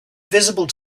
visible